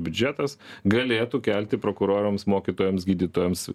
biudžetas galėtų kelti prokurorams mokytojams gydytojams